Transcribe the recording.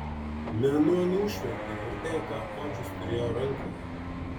mėnuo nušvietė ir tai ką odžius turėjo rankoje